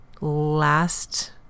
Last